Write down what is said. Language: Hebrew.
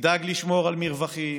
ידאג לשמור על מרווחים,